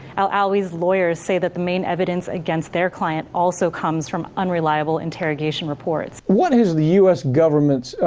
al-alwi's lawyers say that the main evidence against their client also comes from unreliable interrogation reports. what has the us government's,